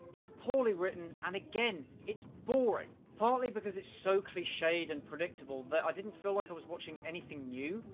it's poorly written, and again, it's boring, partly because it's so cliched and predictable that i didn't feel like i was watching anything new.